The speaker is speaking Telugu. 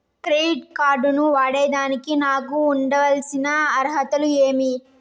క్రెడిట్ కార్డు ను వాడేదానికి నాకు ఉండాల్సిన అర్హతలు ఏమి?